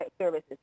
services